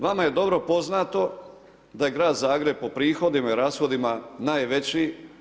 Vama je dobro poznato da je grad Zagreb po prihodima i rashodima najveći.